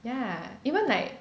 yeah even like